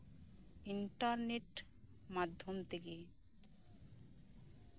internet ᱢᱟᱫᱽᱫᱷᱚᱢ ᱛᱮᱜᱮ